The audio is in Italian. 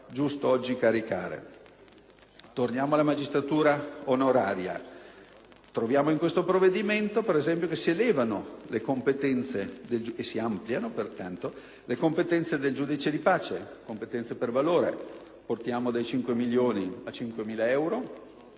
Tornando alla magistratura onoraria,